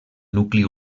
nucli